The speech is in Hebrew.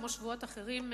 כמו שבועות אחרים,